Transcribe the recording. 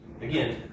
again